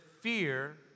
fear